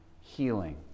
healing